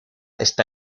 está